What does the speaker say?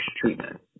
treatment